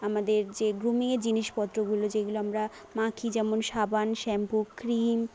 আমাদের যে গ্রুমিংয়ের জিনিসপত্রগুলো যেগুলো আমরা মাখি যেমন সাবান শ্যাম্পু ক্রিম